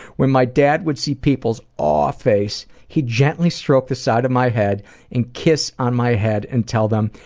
when my dad would see people's aww face, he'd gently stroke the side of my head and kiss on my head and tell them,